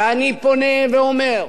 אני פונה ואומר,